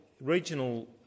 regional